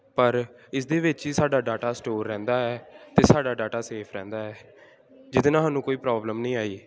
ਪਰ ਇਸ ਦੇ ਵਿੱਚ ਹੀ ਸਾਡਾ ਡਾਟਾ ਸਟੋਰ ਰਹਿੰਦਾ ਹੈ ਅਤੇ ਸਾਡਾ ਡਾਟਾ ਸੇਫ ਰਹਿੰਦਾ ਹੈ ਜਿਹਦੇ ਨਾਲ ਤੁਹਾਨੂੰ ਕੋਈ ਪ੍ਰੋਬਲਮ ਨਹੀਂ ਆਈ